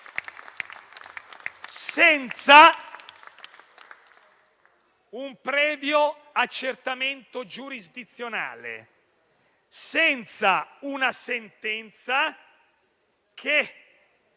senza un previo accertamento giurisdizionale, senza una sentenza che